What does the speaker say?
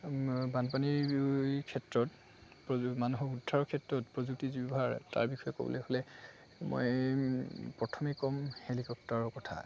বানপানীৰ ক্ষেত্ৰত মানুহক উদ্ধাৰৰ ক্ষেত্ৰত প্ৰযুক্তি যি ব্যৱহাৰ তাৰ বিষয়ে ক'বলৈ হ'লে মই প্ৰথমে ক'ম হেলিকপ্টাৰৰ কথা